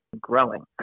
growing